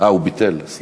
1367, 1382 ו-1507.